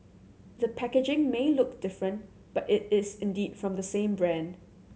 the packaging may look different but it is indeed from the same brand